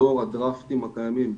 לאור הדרפטים הקיימים,